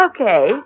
Okay